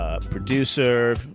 producer